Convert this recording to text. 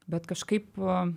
bet kažkaip